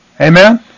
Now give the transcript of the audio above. Amen